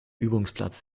übungsplatz